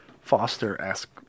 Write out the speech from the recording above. foster-esque